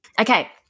Okay